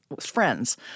friends